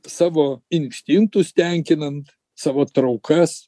savo instinktus tenkinant savo traukas